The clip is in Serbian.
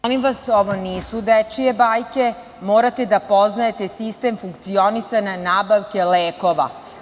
Molim vas ovo nisu dečije bajke morate da poznajete sistem funkcionisanja nabavke lekova.